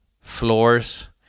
floors